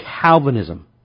Calvinism